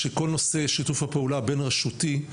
שכל נושא שיתוף הפעולה הבין-רשותי,